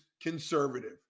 conservative